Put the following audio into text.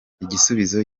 igisubizo